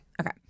Okay